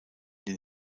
den